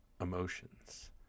emotions